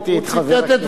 הוא ציטט את דבריו של דנון.